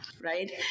Right